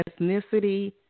ethnicity